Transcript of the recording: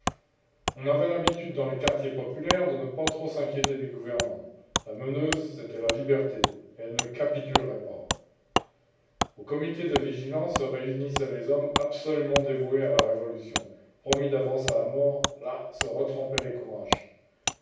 on avait l'habitude dans les quartiers populaires de ne pas trop s'inquiéter des gouvernants la meneuse c'était la liberté elle ne capitulerait pas aux comités de vigilance se réunissaient les hommes absolument dévoués à la révolution promis d'avance à la mort là se retrempaient les courages